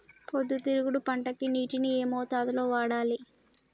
పొద్దుతిరుగుడు పంటకి నీటిని ఏ మోతాదు లో వాడాలి?